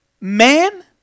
man